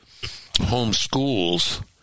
homeschools